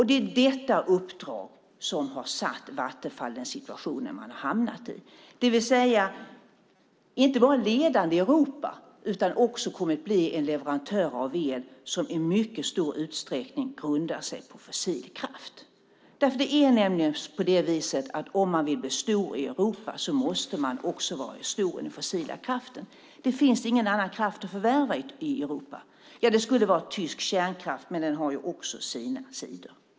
Det är detta uppdrag som har satt Vattenfall i den situation det hamnat i, det vill säga att inte bara bli ledande i Europa utan också kommit att bli en leverantör av el som i mycket stor utsträckning grundar sig på fossil kraft. Om man vill bli stor i Europa måste man nämligen vara stor i den fossila kraften. Det finns ingen annan kraft att förvärva i Europa. Ja, det skulle vara tysk kärnkraft, men den har också sina sidor.